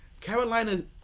Carolina